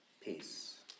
Peace